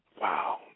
Wow